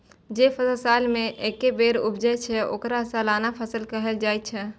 जे फसल साल मे एके बेर उपजै छै, ओकरा सालाना फसल कहल जाइ छै